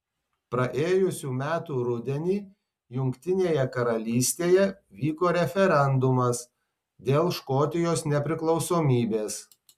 praėjusių metų rudenį jungtinėje karalystėje vyko referendumas dėl škotijos nepriklausomybės